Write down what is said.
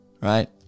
right